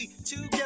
Together